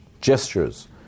gestures